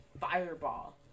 fireball